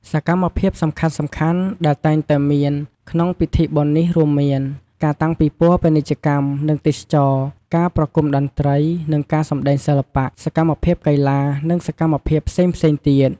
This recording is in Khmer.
សកម្មភាពសំខាន់ៗដែលតែងតែមានក្នុងពិធីបុណ្យនេះរួមមាន៖ ការតាំងពិព័រណ៍ពាណិជ្ជកម្ម និងទេសចរណ៍ ការប្រគំតន្ត្រី និងការសម្តែងសិល្បៈ សកម្មភាពកីឡា និងសកម្មភាពផ្សេងៗទៀត។